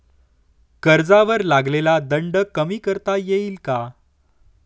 कर्जावर लागलेला दंड कमी करता येईल का?